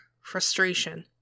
Frustration